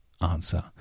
answer